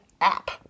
app